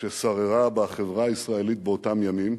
ששררה בחברה הישראלית באותם ימים.